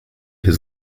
his